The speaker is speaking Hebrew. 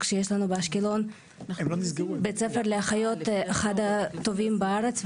יש לנו באשקלון בית ספר לאחיות שהוא אחד מהטובים בארץ,